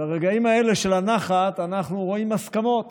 וברגעים האלה של הנחת אנחנו רואים הסכמות